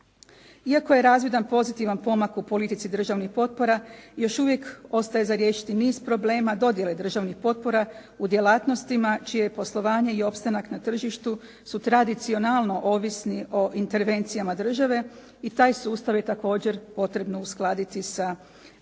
Iako je razvidan pozitivan pomak u politici državnih potpora još uvijek ostaje za riješiti niz problema dodjele državnih potpora u djelatnostima čije je poslovanje i opstanak na tržištu su tradicionalno ovisni o intervencijama države i taj sustav je također potrebno uskladiti sa sustavom